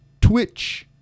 twitch